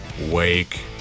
Wake